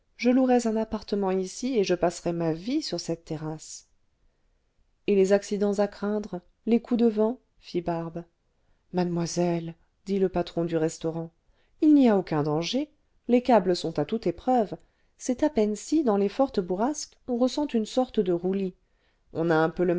je louerais un appartement ici et je passerais ma vie sut cette terrasse maison tcubnante aérienne le vingtième siècle et les accidents à craindre les coups de vent fit barbe mademoiselle dit le patron du restaurant il n'y a aucun danger les câbles sont à toute épreuve c'est à peine si dans les fortes bourrasques on ressent une sorte de roulis on a un peu